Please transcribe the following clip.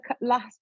last